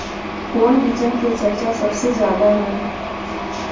कौन बिचन के चर्चा सबसे ज्यादा है?